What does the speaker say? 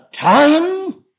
time